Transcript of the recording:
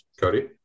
Cody